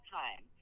time